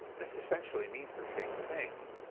this essentially means the same thing,